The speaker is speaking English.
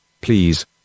Please